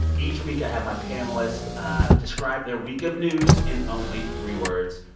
each week, i have my panelists ah describe their week of news in only three words.